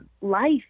life